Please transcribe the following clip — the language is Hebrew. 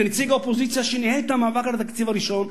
כנציג האופוזיציה שניהל את המאבק על התקציב הראשון.